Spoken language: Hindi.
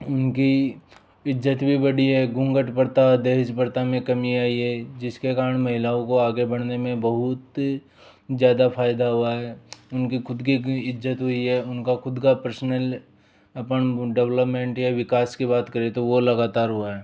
उनकी इज्जत भी बढ़ी है घुंघट प्रथा दहेज प्रथा में कमी आई है जिसके कारण महिलाओं को आगे बढ़ने में बहुत ज़्यादा फायदा हुआ है उनकी खुद की इज्जत हुई है उनका खुद का पर्सनल अपन डेवलपमेंट या विकास की बात करें तो वह लगातार हुआ है